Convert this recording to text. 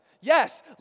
Yes